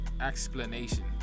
Explanation